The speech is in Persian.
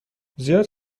زیاد